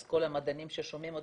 אז כל המדענים ששומעים אותנו,